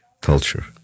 culture